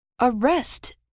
Arrest